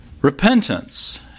Repentance